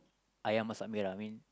ayam masak merah I mean